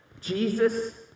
Jesus